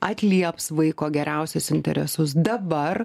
atlieps vaiko geriausius interesus dabar